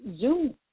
Zoom